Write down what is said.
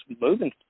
moving